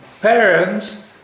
parents